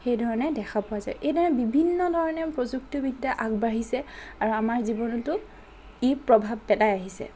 সেইধৰণে দেখা পোৱা যায় এইদৰে বিভিন্ন ধৰণে প্ৰযুক্তিবিদ্যা আগবাঢ়িছে আৰু আমাৰ জীৱনতো ই প্ৰভাৱ পেলাই আহিছে